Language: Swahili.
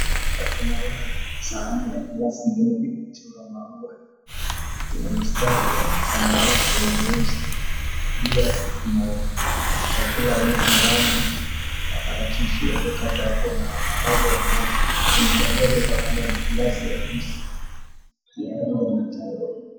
Hapa tunaona sahani ya glasi iliyochorwa maua ya mistari ya samawati na nyeusi. Ndani yake kuna chakula aina ya wali, maparachichi yaliyokatwa hapo na maharage ya nazi, iliyowekwa kando ni glasi ya juisi.